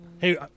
Hey